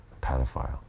Pedophile